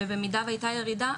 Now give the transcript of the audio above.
במידה והיתה ירידה,